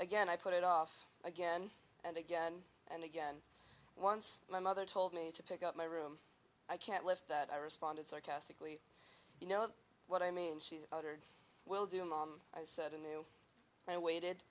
again i put it off again and again and again once my mother told me to pick up my room i can't lift that i responded sarcastically you know what i mean she's better we'll do mom i said a new i waited